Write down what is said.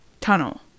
tunnel